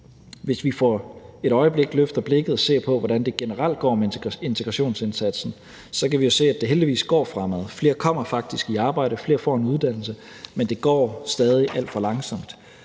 Hvis vi for et øjeblik løfter blikket og ser på, hvordan det generelt går med integrationsindsatsen, kan vi jo se, at det heldigvis går fremad. Flere kommer faktisk i arbejde, og flere får en uddannelse, men det går stadig alt for langsomt.